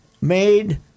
made